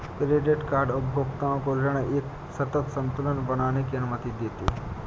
credit card उपभोक्ताओं को ऋण का एक सतत संतुलन बनाने की अनुमति देते हैं